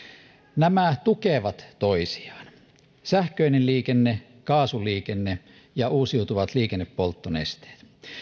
nämä tukevat toisiaan sähköinen liikenne kaasuliikenne ja uusiutuvat liikennepolttonesteet